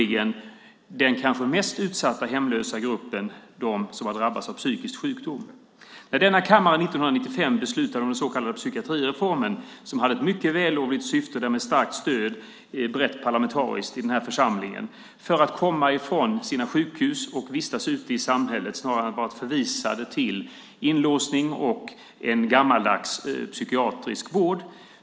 Jag tänker på den kanske mest utsatta hemlösa gruppen, nämligen de som har drabbats av psykisk sjukdom. Denna kammare beslutade 1995 om den så kallade psykiatrireformen som hade ett mycket vällovligt syfte med ett brett parlamentariskt stöd i den här församlingen. De skulle komma ut från sina sjukhus och vistas ute i samhället. De hade varit förvisade till inlåsning och en gammaldags psykiatrisk vård.